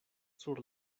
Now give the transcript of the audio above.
sur